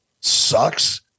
sucks